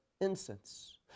incense